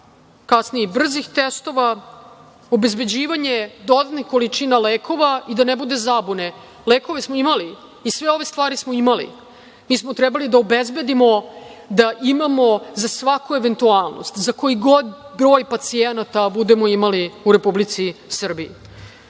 kasnije i brzih testova, obezbeđivanje dodatne količine lekova i, da ne bude zabune, lekove smo imali i sve ove stvari smo imali. Mi smo trebali da obezbedimo da imamo za svaku eventualnost, za koji god broj pacijenata budemo imali u Republici Srbiji.